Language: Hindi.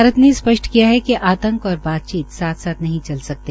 भारत ने स्पष्ट किया है कि आतंक और बातचीत साथ साथ नहीं चल सकते